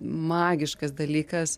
magiškas dalykas